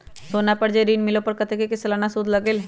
सोना पर जे ऋन मिलेलु ओपर कतेक के सालाना सुद लगेल?